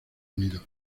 unidos